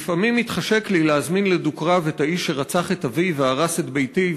"לפעמים/ מתחשק לי להזמין לדו-קרב/ את האיש/ שרצח את אבי/ והרס את ביתי,